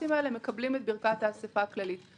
הדח"צים האלה מקבלים את ברכת האסיפה הכללית.